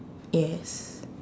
yes